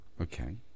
Okay